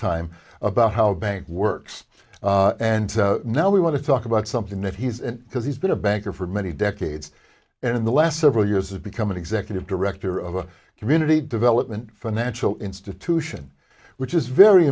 time about how bank works and no we want to talk about something that he's in because he's been a banker for many decades and in the last several years has become an executive director of a community development financial institution which is very